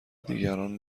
دیگران